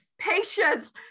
patience